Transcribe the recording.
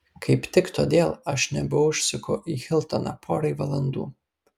kaip tik todėl aš nebeužsuku į hiltoną porai valandų